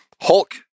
Hulk